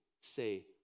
say